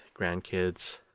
grandkids